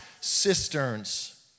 cisterns